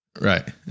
right